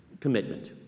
commitment